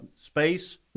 space